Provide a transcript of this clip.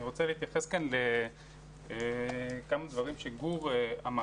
אני רוצה להתייחס לכמה דברים שגור אמר.